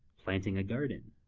planting a garden,